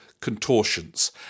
contortions